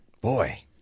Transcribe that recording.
Boy